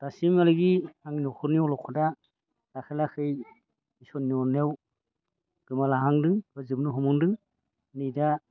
दासिमालागि आंनि न'खरनि अल'खदा लासै लासै इसोरनि अननायाव गोमालांहांदों बा जोबनो हमहांदों नै दा